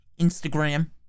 Instagram